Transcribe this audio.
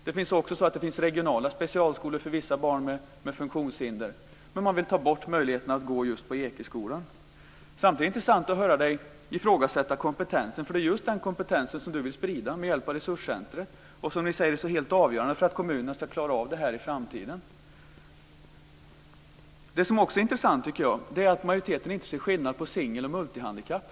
Det finns också regionala specialskolor för vissa barn med funktionshinder, men man vill ta bort möjligheterna att gå just på Ekeskolan. Det är vidare intressant att höra Gunnar Goude ifrågasätta kompetensen. Det är just den typen av kompetens som Gunnar Goude vill sprida med hjälp av resurscentrumen. Ni säger att den är helt avgörande för att kommunerna ska klara det här i framtiden. Det är också intressant att majoriteten inte ser skillnad på singel och multihandikapp.